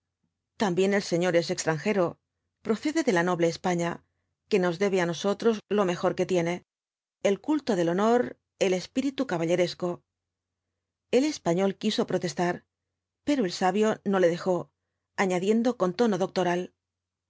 también el señor es extranjero procede de la noble españa que nos debe á nosotros lo mejor que tiene el culto del honor el espíritu caballeresco el español quiso protestar pero el sabio no le dejó añadiendo con tono doctoral